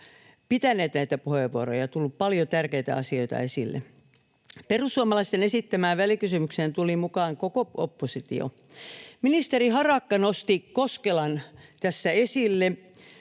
pitäneet näitä puheenvuoroja. On tullut paljon tärkeitä asioita esille. Perussuomalaisten esittämään välikysymykseen tuli mukaan koko oppositio. Ministeri Harakka nosti Koskelan tässä esille,